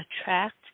attract